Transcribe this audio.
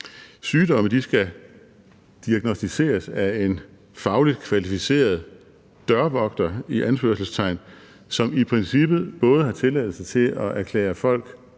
Sygdomme skal diagnosticeres af en fagligt kvalificeret dørvogter – i anførselstegn – som i princippet både har tilladelse til at erklære folk